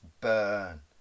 burn